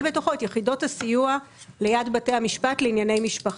בתוכו את יחידות הסיוע ליד בתי המשפט לענייני משפחה.